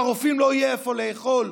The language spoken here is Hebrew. לרופאים לא יהיה איפה לאכול,